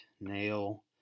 Nail